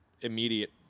immediate